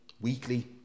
weekly